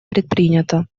предпринято